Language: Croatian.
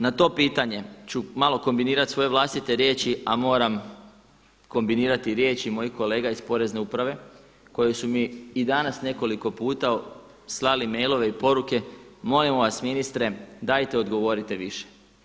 Na to pitanje ću malo kombinirati svoje vlastite riječi, a moram kombinirati riječi i mojih kolega iz Porezne uprave koji su mi i danas nekoliko puta slali mailove i poruke molimo vas ministre dajte odgovorite više.